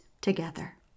together